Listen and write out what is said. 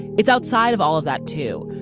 it's outside of all of that too,